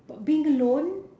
but being alone